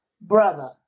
brother